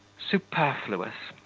superfluous.